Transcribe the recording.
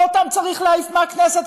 ואותן צריך להעיף מהכנסת,